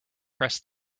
press